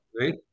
right